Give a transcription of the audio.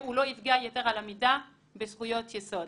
שהוא לא יפגע יתר על המידה בזכויות יסוד.